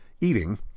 eating